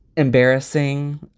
embarrassing.